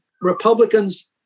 Republicans